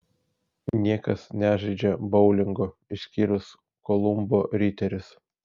niekas nežaidžia boulingo išskyrus kolumbo riterius